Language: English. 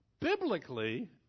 Biblically